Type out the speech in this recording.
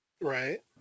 Right